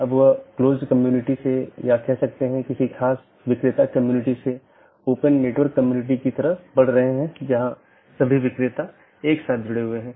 इसलिए एक multihome agent autonomous सिस्टमों के प्रतिबंधित सेट के लिए पारगमन कि तरह काम कर सकता है